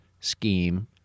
scheme